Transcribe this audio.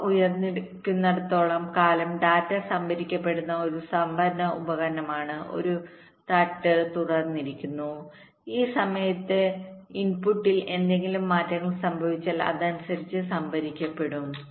clock ഉയർന്നിരിക്കുന്നിടത്തോളം കാലം data സംഭരിക്കപ്പെടുന്ന ഒരു സംഭരണ ഉപകരണമാണ് ഒരു താട്ട് തുറന്നിരിക്കുന്നു ഈ സമയത്ത് ഇൻപുട്ടിൽ എന്തെങ്കിലും മാറ്റങ്ങൾ സംഭവിച്ചാൽ അതനുസരിച്ച് സംഭരിക്കപ്പെടും